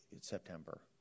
September